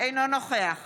אינו נוכח